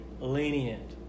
lenient